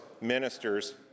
minister's